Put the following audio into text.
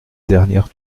dernière